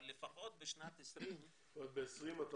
אבל לפחות בשנת 2020 --- אבל ב-20' אתה